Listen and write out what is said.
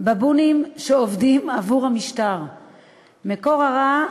"בבונים שעובדים עבור המשטר"; "מקור הרע,